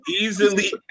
easily